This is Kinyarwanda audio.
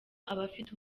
abafite